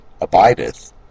abideth